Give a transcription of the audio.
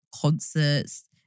Concerts